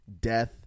death